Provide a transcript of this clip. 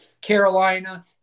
Carolina